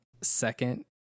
second